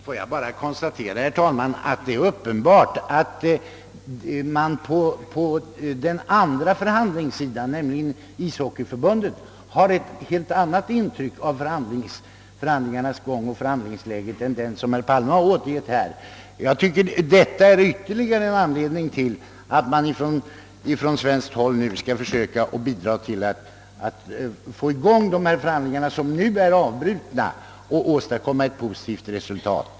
Herr talman! Låt mig bara konstatera att det är uppenbart att man på den andra förhandlingssidan, nämligen in om Svenska Ishockeyförbundet, har ett helt annat intryck av förhandlingarnas gång och av förhandlingsläget än vad statsrådet Palme återgivit. Jag tycker detta är ytterligare en anledning till att man från svenskt håll bör söka bidra till att få i gång de förhandlingar, som nu är avbrutna, och till att åstadkomma ett positivt resultat.